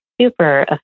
super